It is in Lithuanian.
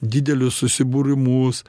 didelius susibūrimus